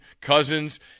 cousins